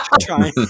trying